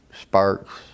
sparks